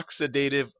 oxidative